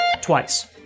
twice